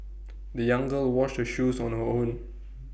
the young girl washed her shoes on her own